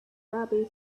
robbie